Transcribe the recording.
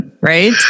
Right